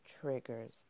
triggers